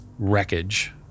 wreckage